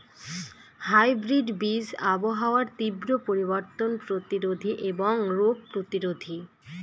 hybrid বীজ আবহাওয়ার তীব্র পরিবর্তন প্রতিরোধী এবং রোগ প্রতিরোধী